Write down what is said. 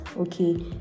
okay